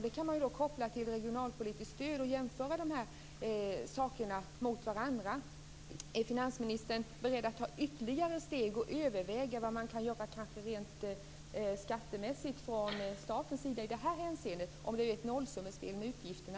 Man kan koppla detta till det regionalpolitiska stödet och jämföra de här sakerna med varandra. Är finansministern beredd att ta ytterligare steg och överväga vad man i det här hänseendet kanske kan göra rent skattemässigt från statens sida om det är ett nollsummespel med utgifterna?